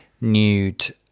nude